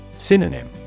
Synonym